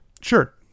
Sure